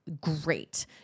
great